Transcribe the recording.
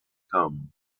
come